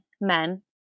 men